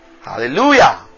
Hallelujah